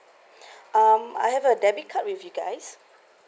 um I have a debit card with you guys